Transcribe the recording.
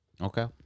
Okay